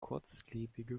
kurzlebige